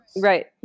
Right